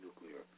nuclear